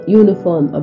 uniform